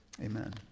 Amen